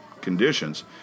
conditions